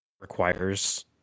requires